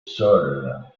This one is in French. sol